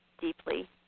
deeply